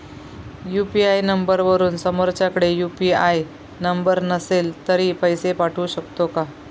UPI नंबरवरून समोरच्याकडे UPI number नसेल तरी पैसे पाठवू शकते का?